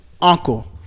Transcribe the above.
uncle